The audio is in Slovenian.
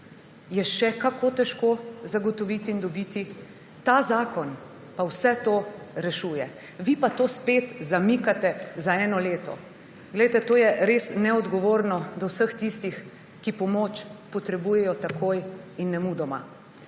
še kako težko zagotoviti in dobiti. Ta zakon pa vse to rešuje. Vi pa to spet zamikate za eno leto. Glejte, to je res neodgovorno do vseh tistih, ki pomoč potrebujejo takoj in nemudoma.